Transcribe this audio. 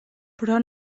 però